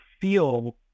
feel